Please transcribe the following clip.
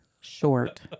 short